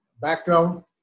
background